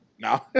No